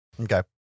Okay